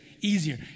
easier